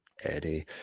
Eddie